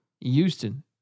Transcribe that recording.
Houston